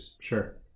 Sure